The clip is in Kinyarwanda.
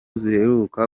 ziheruka